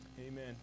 Amen